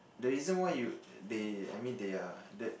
the reason why you they I mean they are